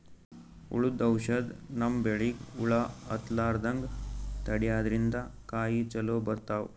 ಹುಳ್ದು ಔಷಧ್ ನಮ್ಮ್ ಬೆಳಿಗ್ ಹುಳಾ ಹತ್ತಲ್ಲ್ರದಂಗ್ ತಡ್ಯಾದ್ರಿನ್ದ ಕಾಯಿ ಚೊಲೋ ಬರ್ತಾವ್